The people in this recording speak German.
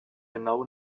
genau